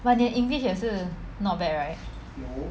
but 你的 english 也是 not bad right